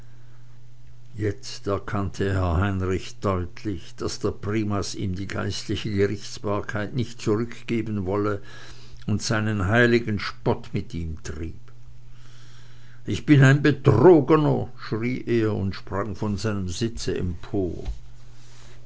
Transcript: jetzt erkannte herr heinrich deutlich daß der primas ihm die geistliche gerichtsbarkeit nicht zurückgeben wolle und seinen heiligen spott mit ihm trieb ich bin ein betrogener schrie er und sprang von seinem sitze empor